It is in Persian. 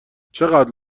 چقدر